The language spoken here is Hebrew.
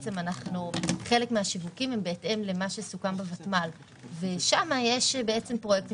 חלק מהשיווקים הם בהתאם למה שסוכם בוותמ"ל ושם יש פרויקטים